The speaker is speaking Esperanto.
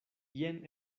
jen